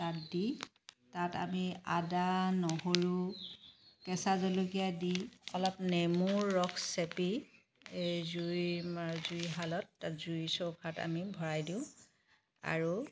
তাত দি তাত আমি আদা নহৰু কেঁচা জলকীয়া দি অলপ নেমুৰ ৰস চেপি এই জুই জুইশালত জুই চৌকাত আমি ভৰাই দিওঁ আৰু